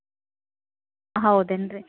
ಹಾಂ ಮಾಡಿರಿ ಮಾಡಿರಿ ಕಳ್ಸ್ಕೊಡ್ತೀನಿ ನಾನು